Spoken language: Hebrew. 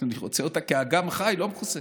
אני רוצה אותה כאגם חי, לא מכוסה.